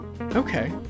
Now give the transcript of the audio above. Okay